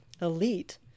Elite